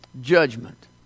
judgment